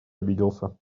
обиделся